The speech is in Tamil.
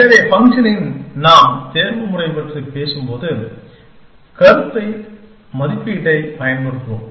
எனவே ஃபங்க்ஷனில் நாம் தேர்வுமுறை பற்றி பேசும்போது கருத்து மதிப்பீட்டைப் பயன்படுத்துவோம்